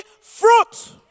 fruit